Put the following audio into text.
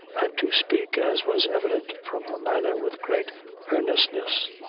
and to speak, as was evident from her manner, with great earnestness,